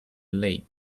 lake